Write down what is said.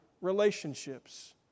relationships